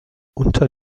unter